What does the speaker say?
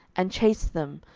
and chased them,